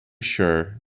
sure